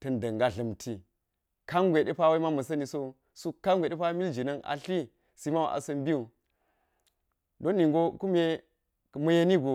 ta̱n da̱nga dla̱mti kangwe depa we ma ma̱sa̱ni so wu suk kangwe mil jina̱n a tli asa mbiwu don ningo kume kume ma̱ yeni go.